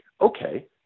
Okay